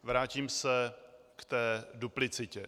Vrátím se k té duplicitě.